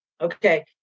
Okay